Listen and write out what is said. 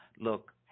look